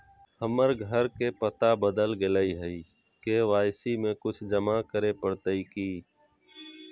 हमर घर के पता बदल गेलई हई, के.वाई.सी में कुछ जमा करे पड़तई की?